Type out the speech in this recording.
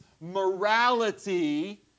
morality